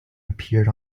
appeared